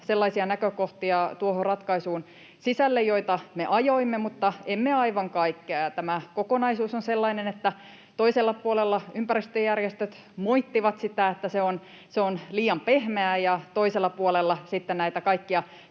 sellaisia näkökohtia, joita me ajoimme, mutta emme aivan kaikkea, ja tämä kokonaisuus on sellainen, että toisella puolella ympäristöjärjestöt moittivat sitä, että se on liian pehmeä, ja toisella puolella sitten näitä kaikkia